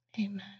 Amen